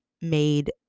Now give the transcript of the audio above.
made